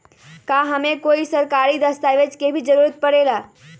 का हमे कोई सरकारी दस्तावेज के भी जरूरत परे ला?